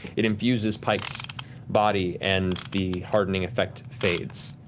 it infuses pike's body and the hardening effect fades.